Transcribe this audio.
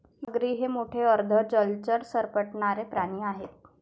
मगरी हे मोठे अर्ध जलचर सरपटणारे प्राणी आहेत